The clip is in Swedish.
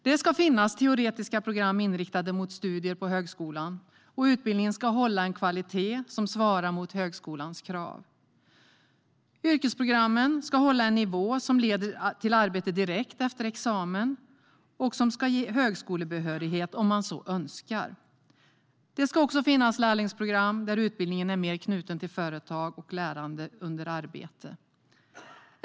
Det ska finnas teoretiska program inriktade mot studier på högskolan, och utbildningen ska hålla en kvalitet som svarar mot högskolans krav. Yrkesprogrammen ska hålla en nivå som leder till arbete direkt efter examen och som ska ge högskolebehörighet om man så önskar. Det ska också finnas lärlingsprogram där utbildningen är mer knuten till företag och lärande under arbete.